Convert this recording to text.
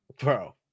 Bro